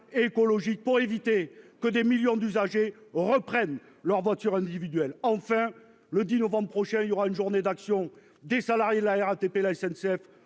et écologique pour éviter que des millions d'usagers reprennent leur voiture individuelle, enfin le 10 novembre prochain il y aura une journée d'action des salariés de la RATP, la SNCF